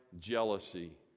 jealousy